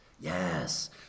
Yes